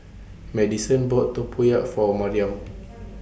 Maddison bought Tempoyak For Mariam